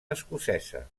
escocesa